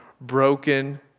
broken